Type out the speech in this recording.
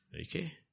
Okay